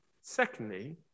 Secondly